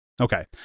Okay